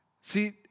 See